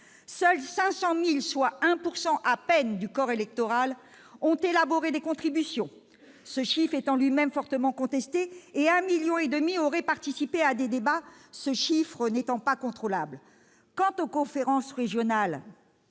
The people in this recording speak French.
seuls 500 000 personnes, soit 1 % à peine du corps électoral, ont élaboré des contributions, ce chiffre étant lui-même fortement contesté. Et 1,5 million de personnes auraient participé à des débats, ce chiffre n'étant pas contrôlable. Quant aux conférences régionales,